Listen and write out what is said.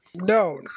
No